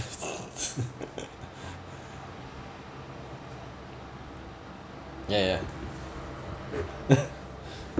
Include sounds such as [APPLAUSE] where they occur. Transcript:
[LAUGHS] ya ya [LAUGHS]